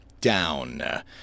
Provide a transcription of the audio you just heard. down